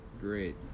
Great